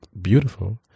beautiful